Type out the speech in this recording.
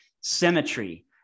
symmetry